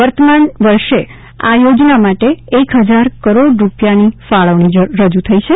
વર્તમાન વર્ષે આ યોજના માટે એક હજાર કરોડ રૂપિયાની ફાળવણી રજૂ થઇ છે